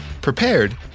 prepared